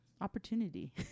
opportunity